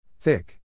Thick